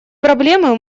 проблемы